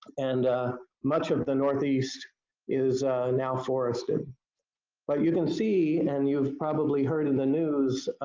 and much of the northeast is now forested but you can see, and you've probably heard in the news,